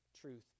truth